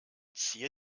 zier